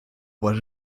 what